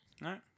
No